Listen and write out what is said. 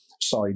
side